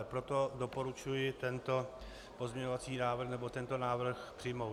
Proto doporučuji tento pozměňovací návrh, nebo tento návrh přijmout.